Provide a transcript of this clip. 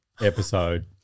episode